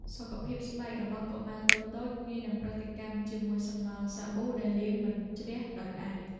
សុខភាពស្បែករបស់កុមារតូចៗងាយនឹងប្រតិកម្មជាមួយសំណល់សាប៊ូដែលលាងមិនជ្រះដោយដៃ។